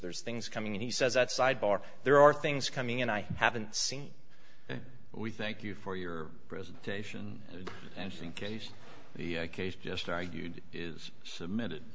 there's things coming he says at sidebar there are things coming in i haven't seen we thank you for your presentation and in case the case just argued is submitted